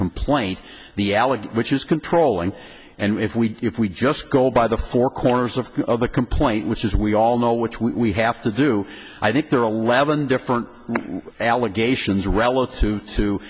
complaint the alec which is controlling and if we if we just go by the four corners of the complaint which is we all know which we have to do i think there are a leavened different allegations relative to